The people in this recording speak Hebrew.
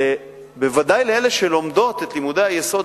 בוודאי לאלה שלומדות את לימודי היסוד,